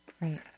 Right